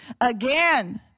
again